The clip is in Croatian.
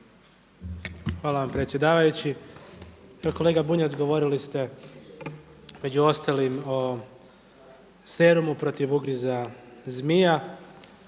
Hvala predsjedavajući. Kolega Bunjac, govorili ste među ostalim o serumu protiv ugriza zmija.